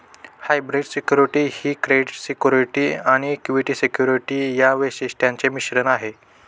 hybrid security ही credit security आणि equity security या वैशिष्ट्यांचे मिश्रण आहे